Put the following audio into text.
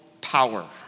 power